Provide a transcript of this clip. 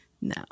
No